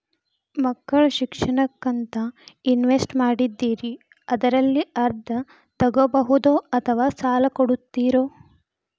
ಮಕ್ಕಳ ಶಿಕ್ಷಣಕ್ಕಂತ ಇನ್ವೆಸ್ಟ್ ಮಾಡಿದ್ದಿರಿ ಅದರಲ್ಲಿ ಅರ್ಧ ತೊಗೋಬಹುದೊ ಅಥವಾ ಸಾಲ ಕೊಡ್ತೇರೊ?